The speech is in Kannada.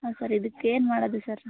ಹಾಂ ಸರ್ ಇದಕ್ಕೆ ಏನು ಮಾಡೋದು ಸರ್